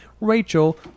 rachel